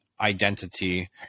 identity